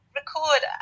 record